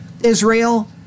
Israel